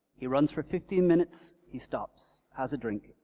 he runs for fifteen minutes, he stops, has a drink,